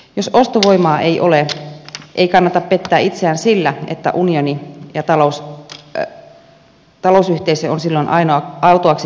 jos ostovoimaa ei ole ei kannata pettää itseään sillä että talousyhteisö on silloin ainoa autuaaksi tekevä ratkaisu